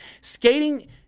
Skating